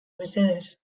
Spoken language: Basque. mesedez